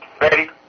Ready